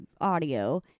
audio